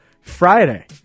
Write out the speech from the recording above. Friday